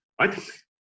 right